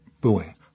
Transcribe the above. booing